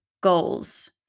goals